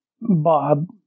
Bob